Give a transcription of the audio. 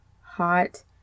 hot